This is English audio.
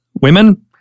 women